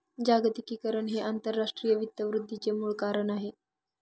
जागतिकीकरण हे आंतरराष्ट्रीय वित्त वृद्धीचे मूळ कारण आहे